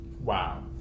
Wow